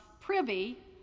privy